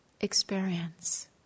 experience